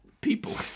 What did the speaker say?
people